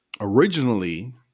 originally